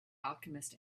alchemist